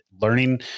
learning